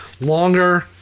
longer